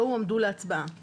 לא הועמדו להצבעה עדיין.